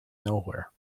nowhere